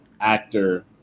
actor